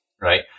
right